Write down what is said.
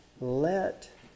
Let